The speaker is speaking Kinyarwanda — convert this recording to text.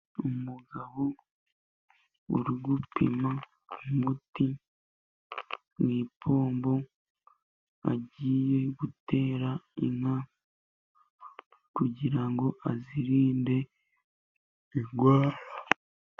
Umugabo uri gupima umuti mu ipombo, agiye gutera inka kugira ngo azirinde indwara.